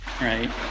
right